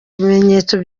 bimenyetso